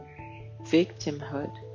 victimhood